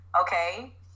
Okay